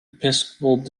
episcopal